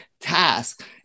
task